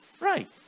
right